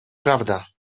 prawda